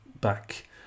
back